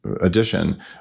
addition